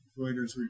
Reuters